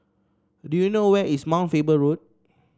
do you know where is Mount Faber Road